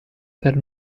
per